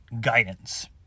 guidance